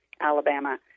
Alabama